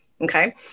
Okay